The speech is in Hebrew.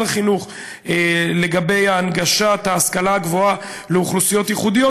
החינוך לגבי הנגשת ההשכלה הגבוהה לאוכלוסיות ייחודיות,